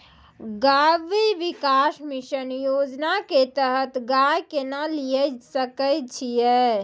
गव्य विकास मिसन योजना के तहत गाय केना लिये सकय छियै?